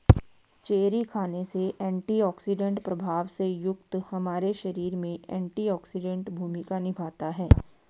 cherry खाने से antioxidant प्रभाव से युक्त हमारे शरीर में एंटीऑक्सीडेंट भूमिका निभाता है